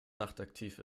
nachtaktiv